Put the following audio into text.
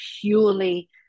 purely